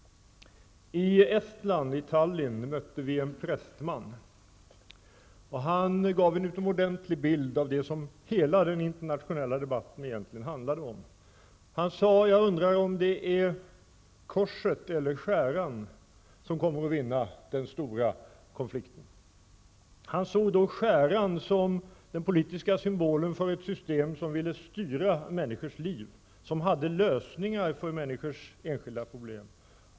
I Tallin i Estland mötte vi en prästman. Han gav oss en utomordentligt bra bild av det som hela den internationella debatten egentligen handlade om. Han sade: Jag undrar om det är korset eller skäran som kommer att vinna den stora konflikten. Han såg då skäran som den politiska symbolen för ett system, som vill styra människors liv och har lösningar för människors enskilda problem.